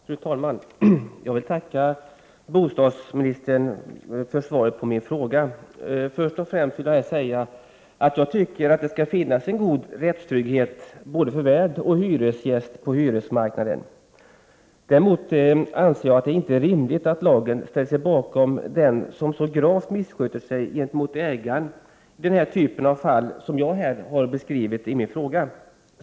Fru talman! Jag vill tacka bostadsministern för svaret på min fråga. Först och främst vill jag säga att jag tycker att det skall finnas en god rättstrygghet för både hyresvärd och hyresgäst på hyresmarknaden. Däremot anser jag att det inte är rimligt att lagen ställer sig bakom den som så gravt missköter sig gentemot ägaren som i det fall som jag har beskrivit i min fråga.